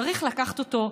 צריך לקחת אותו,